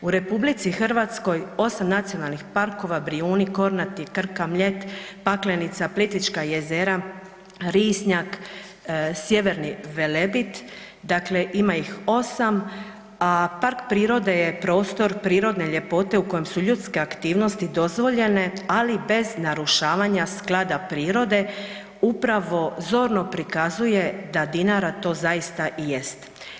U RH 8 nacionalnih parkova, Brijuni, Kornati, Krka, Mljet, Paklenica, Plitvička jezera, Risnjak, Sjeverni Velebit, dakle ima ih 8, a park prirode je prostor prirodne ljepote u kojoj su ljudske aktivnosti dozvoljene, ali bez narušavanja sklada prirode upravo zorno prikazuje da Dinara to zaista i jest.